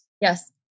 Yes